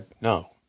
no